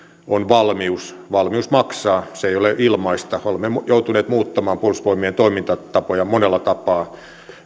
on valmius valmius maksaa se ei ole ilmaista olemme joutuneet muuttamaan puolustusvoimien toimintatapoja monella tapaa